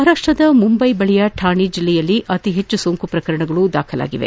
ಮಹಾರಾಷ್ಟ್ರದ ಮುಂಬೈಯ ಬಳಿಕ ಥಾಣೆ ಜಿಲ್ಲೆಯಲ್ಲಿ ಅತಿ ಹೆಚ್ಚಿನ ಸೋಂಕು ಪ್ರಕರಣ ದಾಖಲಾಗಿವೆ